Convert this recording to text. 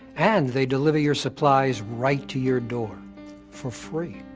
and they deliver your supplies right to your door for free.